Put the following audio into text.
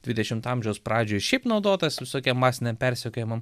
dvidešimt amžiaus pradžioj šiaip naudotas visokiem masiniam persekiojimam